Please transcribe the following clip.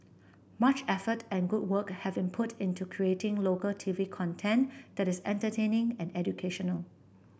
much effort and good work have been put into creating local TV content that is entertaining and educational